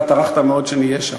אתה טרחת מאוד שנהיה שם.